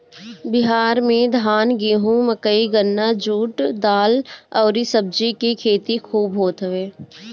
बिहार में धान, गेंहू, मकई, गन्ना, जुट, दाल अउरी सब्जी के खेती खूब होत हवे